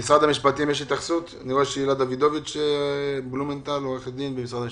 הילה דוידוביץ ממשרד המשפטים,